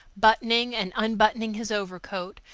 buttoning and unbuttoning his overcoat,